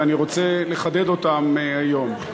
ואני רוצה לחדד אותם היום.